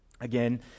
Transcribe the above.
Again